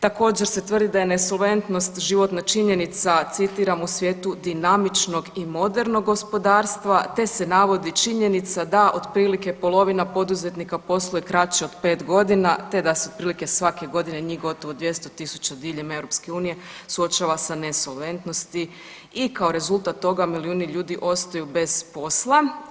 Također se tvrdi da je nesolventnost životna činjenica, citiram: „u svijetu dinamičnog i modernog gospodarstva“, te se navodi činjenica da otprilike polovina poduzetnika posluje kraće od pet godina te da se otprilike svake godine njih gotovo 200 000 diljem EU suočava sa nesolventnosti i kao rezultat toga milijuni ljudi ostaju bez posla.